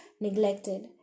neglected